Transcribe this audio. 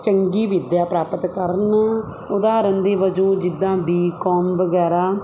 ਚੰਗੀ ਵਿੱਦਿਆ ਪ੍ਰਾਪਤ ਕਰਨ ਉਦਾਹਰਨ ਦੇ ਵਜੋਂ ਜਿੱਦਾਂ ਬੀ ਕੌਮ ਵਗੈਰਾ